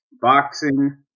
boxing